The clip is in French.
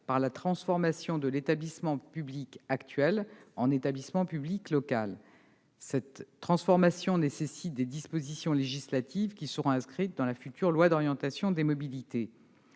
par la transformation de l'établissement public actuel en établissement public local. Cette transformation nécessite des dispositions législatives, qui seront inscrites dans la future loi d'orientation des mobilités.